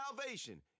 salvation